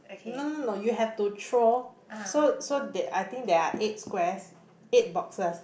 no no no you have to throw so so that I think there are eight squares eight boxes